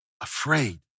Afraid